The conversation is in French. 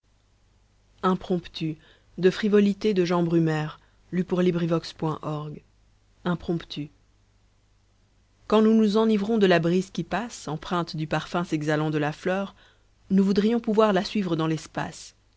impromptu quand nous nous enivrons de la brise qui passe empreinte de parfum s'exhalant de la fleur nous voudrions pouvoir la suivre dans l'espace